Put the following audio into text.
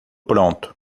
pronto